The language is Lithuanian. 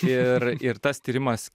ir ir tas tyrimas